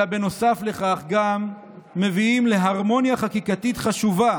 אלא בנוסף לכך גם מביאים להרמוניה חקיקתית חשובה